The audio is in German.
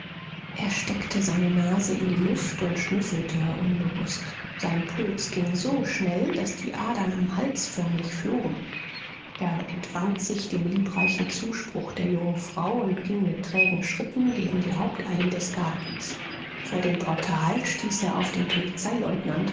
er steckte seine nase in die luft und schnüffelte unbewußt sein puls ging so schnell daß die adern am hals förmlich flogen er entwand sich dem liebreichen zuspruch der jungen frau und ging mit trägen schritten gegen die hauptallee des gartens vor dem portal stieß er auf den